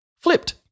flipped